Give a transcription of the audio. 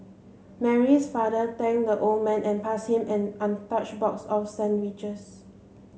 Mary's father thanked the old man and passed him an untouched box of sandwiches